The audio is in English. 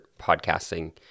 podcasting